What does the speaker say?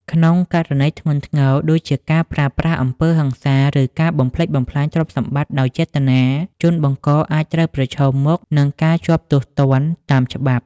ក្នុងករណីធ្ងន់ធ្ងរ ដូចជាការប្រើប្រាស់អំពើហិង្សា ឬការបំផ្លិចបំផ្លាញទ្រព្យសម្បត្តិដោយចេតនា ជនបង្កអាចត្រូវប្រឈមមុខនឹងការជាប់ទោសទណ្ឌតាមច្បាប់។